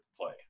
play